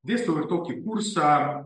dėstau ir tokį kursą